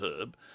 herb